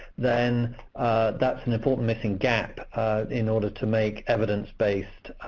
then that's an important missing gap in order to make evidence-based